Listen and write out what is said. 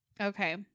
Okay